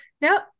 Nope